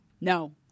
No